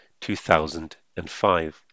2005